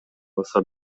баса